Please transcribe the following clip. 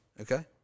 Okay